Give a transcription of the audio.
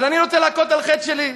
אז אני רוצה להכות על חטא שלי.